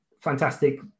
fantastic